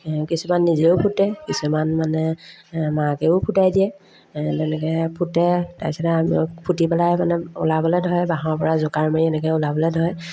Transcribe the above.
কিছুমান নিজেও ফুটে কিছুমান মানে মাকেও ফুটাই দিয়ে তেনেকৈ ফুটে তাৰপিছতে আমি ফুটি পেলাই মানে ওলাবলৈ ধৰে বাহৰপৰা জোকাৰ মাৰি এনেকৈ ওলাবলৈ ধৰে